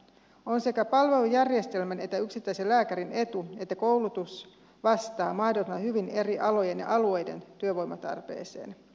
on sekä palvelujärjestelmän että yksittäisen lääkärin etu että koulutus vastaa mahdollisimman hyvin eri alojen ja alueiden työvoimatarpeeseen